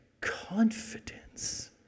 confidence